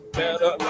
better